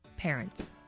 Parents